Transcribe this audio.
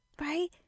right